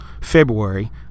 February